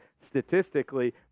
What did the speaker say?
statistically